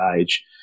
age